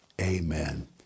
Amen